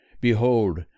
Behold